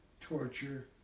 torture